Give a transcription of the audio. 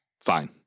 fine